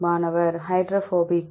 மாணவர் ஹைட்ரோபோபிக்